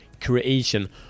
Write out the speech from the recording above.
creation